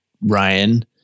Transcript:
Ryan